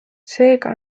seega